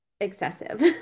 excessive